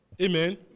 Amen